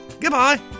Goodbye